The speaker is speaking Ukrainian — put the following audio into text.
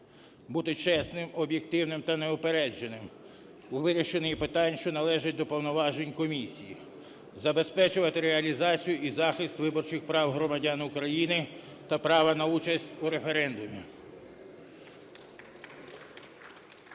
бути чесним, об'єктивним та неупередженим у вирішенні питань, що належать до повноважень Комісії, забезпечувати реалізацію і захист виборчих прав громадян України та права на участь у референдумі.